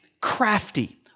crafty